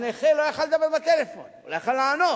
הנכה לא יכול היה לדבר בטלפון, לא יכול היה לענות,